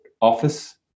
office